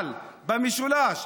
אבל במשולש,